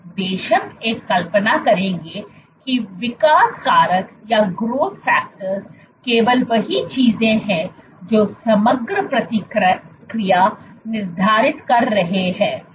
बेशक एक कल्पना करेंगे कि विकास कारक "Growth Factors" केवल वही चीजें है जो समग्र प्रतिक्रिया निर्धारित कर रहे है